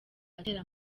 atera